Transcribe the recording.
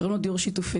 קוראים לו דיור שיתופי.